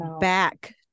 back